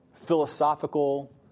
philosophical